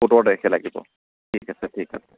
সোতৰ তাৰিখে লাগিব ঠিক আছে ঠিক আছে